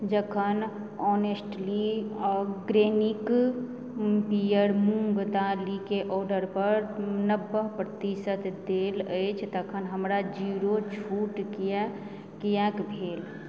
जखन honestly organic pure मूँग दालिके ऑर्डर पर नब्बे प्रतिशत देल अछि तखन हमरा जीरो छूट किएक भेल